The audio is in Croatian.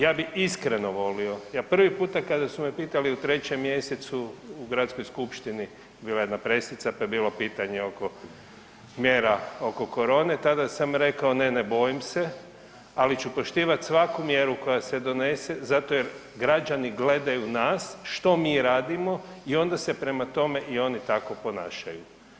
Ja bi iskreno volio, ja prvi puta kada su me pitali u 3. mjesecu u gradskoj skupštini bila je jedna presica pa je bilo pitanje oko mjera oko korone, tada sam rekao ne, ne bojim se ali ću poštivati svaku mjeru koja se donese zato jer građani gledaju nas što mi radimo i onda se prema tome i oni tako ponašaju.